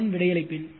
நான் விடையளிப்பேன்